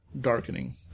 darkening